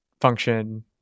function